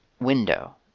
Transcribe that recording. window